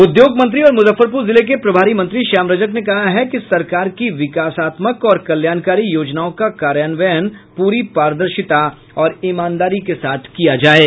उद्योग मंत्री और मुजफ्फरपुर जिले के प्रभारी मंत्री श्याम रजक ने कहा है कि सरकार की विकासात्मक और कल्याणकारी योजनाओं का कार्यान्वयन पूरी पारदर्शिता और ईमानदारी के साथ किया जाये